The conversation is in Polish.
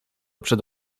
przed